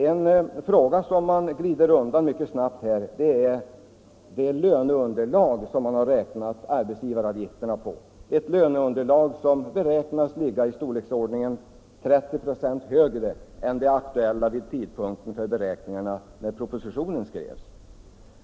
En fråga som man mycket snabbt glider undan är det löneunderlag som man beräknat arbetsgivaravgifterna på, ett löneunderlag som kommer att bli i storleksordningen 30 96 högre än det man hade vid tidpunkten för propositionsskrivningen.